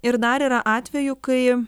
ir dar yra atvejų kai